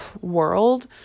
world